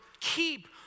keep